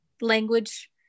language